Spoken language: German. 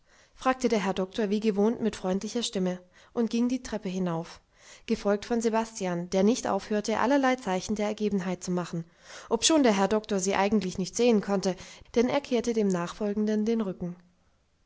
fragte der herr doktor wie gewohnt mit freundlicher stimme und ging die treppe hinauf gefolgt von sebastian der nicht aufhörte allerlei zeichen der ergebenheit zu machen obschon der herr doktor sie eigentlich nicht sehen konnte denn er kehrte dem nachfolgenden den rücken